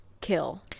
kill